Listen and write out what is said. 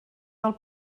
del